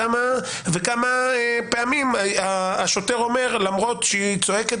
וכמה פעמים השוטר אומר: למרות שהיא צועקת